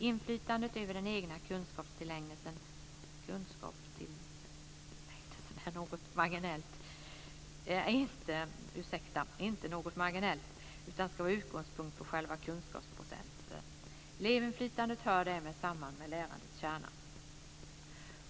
Inflytandet över den egna kunskapstillägnelsen är inte något marginellt utan ska vara utgångspunkt för själva kunskapsprocessen. Elevinflytandet hör därmed samman med lärandets kärna.